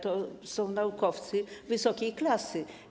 To są naukowcy wysokiej klasy.